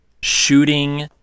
shooting